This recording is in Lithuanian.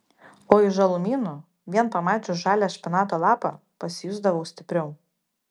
o iš žalumynų vien pamačius žalią špinato lapą pasijusdavau stipriau